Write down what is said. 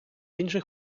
інших